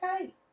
okay